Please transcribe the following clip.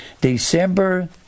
December